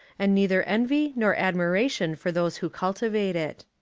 and neither envy nor admiration for those who cultivate it.